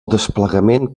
desplegament